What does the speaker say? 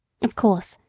of course,